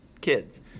kids